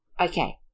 Okay